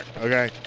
Okay